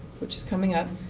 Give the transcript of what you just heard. which is coming up,